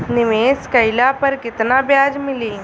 निवेश काइला पर कितना ब्याज मिली?